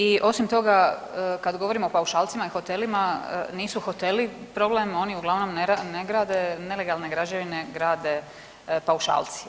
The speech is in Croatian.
I osim toga kad govorimo o paušalcima i hotelima, nisu hoteli problem oni uglavnom ne grade nelegalne građevine, grade paušalci.